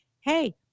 hey